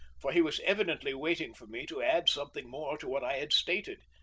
for he was evidently waiting for me to add something more to what i had stated.